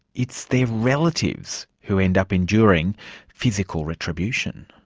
it's their relatives who end up enduring physical retribution.